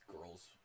girls